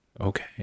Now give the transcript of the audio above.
okay